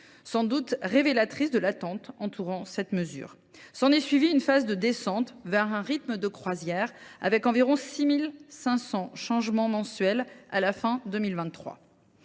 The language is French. sans doute révélatrice de l’attente entourant cette mesure ; s’en est suivie une phase de descente vers un rythme de croisière, avec environ 6 500 changements mensuels à la fin de 2023.